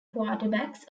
quarterbacks